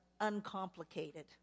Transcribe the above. uncomplicated